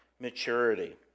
maturity